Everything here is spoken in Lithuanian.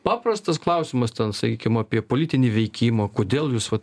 paprastas klausimas ten sakykim apie politinį veikimą kodėl jūs vat